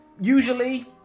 Usually